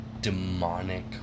demonic